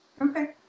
Okay